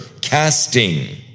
casting